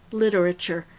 literature,